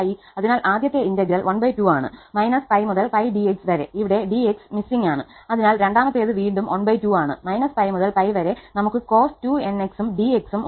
അതിനാൽ ആദ്യത്തെ ഇന്റഗ്രൽ ½ ആണ് 𝜋 മുതൽ 𝜋 𝑑𝑥 വരെ ഇവിടെ 𝑑𝑥 മിസ്സിംഗ് ആണ് അതിനാൽ രണ്ടാമത്തേത് വീണ്ടും ½ ആണ് 𝜋 മുതൽ 𝜋 വരെ നമുക്ക് cos 2𝑛𝑥 ഉം 𝑑𝑥 ഉം ഉണ്ട്